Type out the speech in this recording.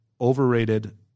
overrated